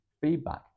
feedback